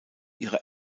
ihre